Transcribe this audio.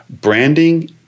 branding